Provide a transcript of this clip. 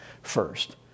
first